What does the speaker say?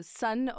son